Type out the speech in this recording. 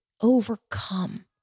overcome